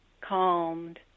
calmed